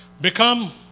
Become